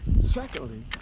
Secondly